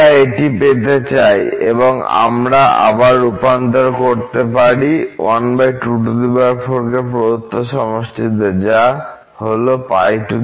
আমরা এটি পেতে চাই এবং আমরা আবার রূপান্তর করতে পারি 124 কে প্রদত্ত সমষ্টিতে যা হল 490